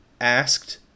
asked